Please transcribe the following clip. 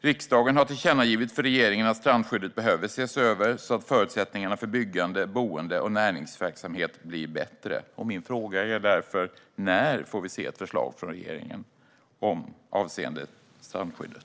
Riksdagen har tillkännagivit för regeringen att strandskyddet behöver ses över så att förutsättningarna för byggande, boende och näringsverksamhet blir bättre. Min fråga är därför: När får vi se ett förslag från regeringen avseende strandskyddet?